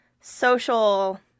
social